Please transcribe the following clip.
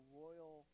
royal